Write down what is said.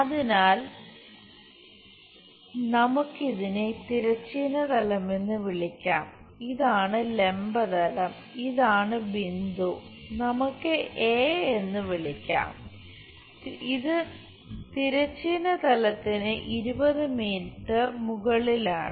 അതിനാൽ നമുക്ക് ഇതിനെ തിരശ്ചീന തലം എന്ന് വിളിക്കാം ഇതാണ് ലംബ തലം ഇതാണ് ബിന്ദു നമുക്ക് എ എന്ന് വിളിക്കാം ഇത് തിരശ്ചീന തലത്തിന് 20 മില്ലിമീറ്റർ മുകളിലാണ്